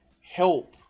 help